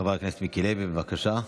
חבר הכנסת מיקי לוי, בבקשה.